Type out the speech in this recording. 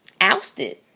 ousted